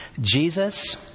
Jesus